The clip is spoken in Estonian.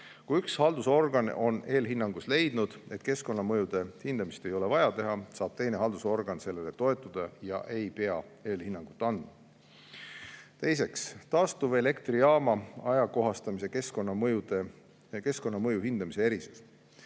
Kui üks haldusorgan on eelhinnangus leidnud, et keskkonnamõjude hindamist ei ole vaja teha, saab teine haldusorgan sellele toetuda ja ei pea eelhinnangut andma. Teiseks, taastuvelektrijaama ajakohastamise keskkonnamõju hindamise erisus.